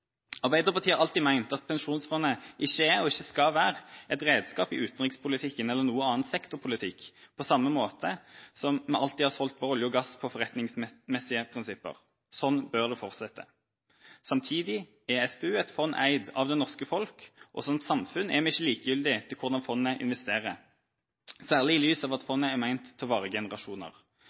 Arbeiderpartiet har alltid ment at Pensjonsfondet ikke er, og at det ikke skal være, et redskap i utenrikspolitikken eller noen annen sektorpolitikk, på samme måte som vi alltid har solgt vår olje og gass på forretningsmessige prinsipper. Slik bør det fortsette. Samtidig er SPU et fond eid av det norske folk, og som samfunn er vi ikke likegyldige til hvordan fondet investerer, særlig i lys av at fondet er ment å vare i generasjoner.